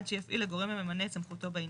עד שיפעיל הגורם הממונה את סמכותו בעניין.